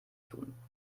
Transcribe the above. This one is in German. tun